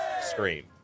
scream